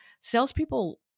salespeople